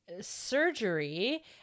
surgery